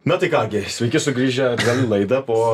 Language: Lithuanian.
na tai ką gi sveiki sugrįžę atgal į laidą po